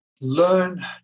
learn